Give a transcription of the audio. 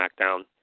SmackDown